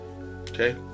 Okay